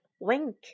Wink